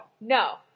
No